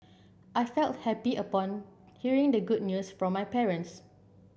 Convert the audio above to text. I felt happy upon hearing the good news from my parents